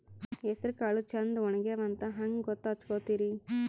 ಹೆಸರಕಾಳು ಛಂದ ಒಣಗ್ಯಾವಂತ ಹಂಗ ಗೂತ್ತ ಹಚಗೊತಿರಿ?